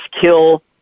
kill